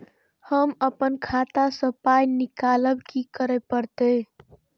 हम आपन खाता स पाय निकालब की करे परतै?